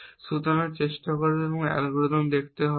সুতরাং চেষ্টা করবে এবং একটি অ্যালগরিদম দেখতে পাবে